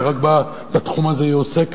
ורק בתחום הזה היא עוסקת: